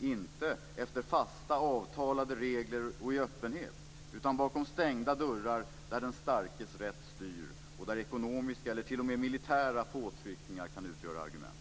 inte efter fasta avtalade regler och i öppenhet utan bakom stängda dörrar där den starkes rätt styr och där ekonomiska eller t.o.m. militära påtryckningar kan utgöra argument.